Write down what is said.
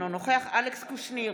אינו נוכח אלכס קושניר,